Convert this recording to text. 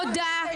יש